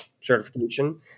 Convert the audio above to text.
certification